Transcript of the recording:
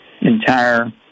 entire